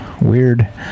weird